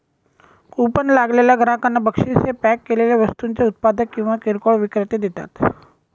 coupon लागलेल्या ग्राहकांना बक्षीस हे पॅक केलेल्या वस्तूंचे उत्पादक किंवा किरकोळ विक्रेते देतात